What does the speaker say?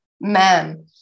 man